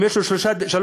אם יש לו שלוש דירות,